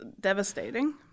devastating